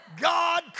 God